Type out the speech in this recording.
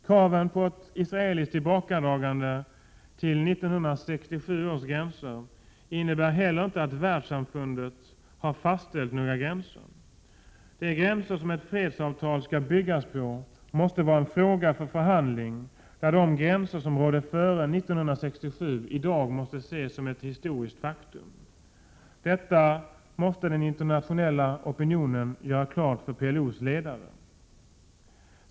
Kraven på ett israeliskt tillbakadragande till 1967 års gränser innebär inte heller att världssamfundet har fastställt några gränser. De gränser som ett fredsavtal skall byggas på måste vara en fråga för förhandling, där de gränser som rådde före 1967 i dag måste ses som ett historiskt faktum. Detta måste den internationella opinionen göra klart för PLO:s ledare.